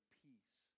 peace